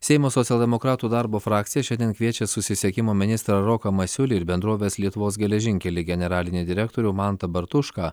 seimo socialdemokratų darbo frakcija šiandien kviečia susisiekimo ministrą roką masiulį ir bendrovės lietuvos geležinkeliai generalinį direktorių mantą bartušką